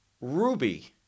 ruby